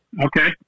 Okay